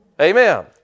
Amen